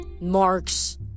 marks